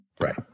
Right